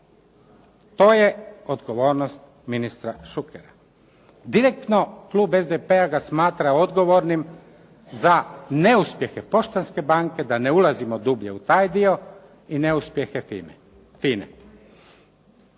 To je odgovornost ministra Šukera. Direktno klub SDP-a ga smatra odgovornim za neuspjehe Poštanske banke da ne ulazimo dublje u taj dio i neuspjehe FINA-e.